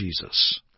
Jesus